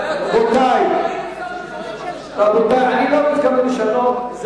כבר ראינו שר שמורח את זה שעה.